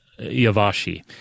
Yavashi